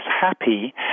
happy